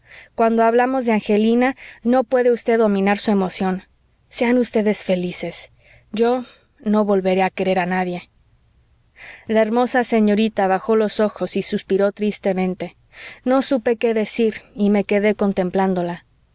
cuando hablamos de angelina no puede usted dominar su emoción sean ustedes felices yo no volveré a querer a nadie la hermosa señorita bajó los ojos y suspiró tristemente no supe qué decir y me quedé contemplándola